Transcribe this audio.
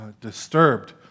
disturbed